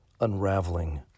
unraveling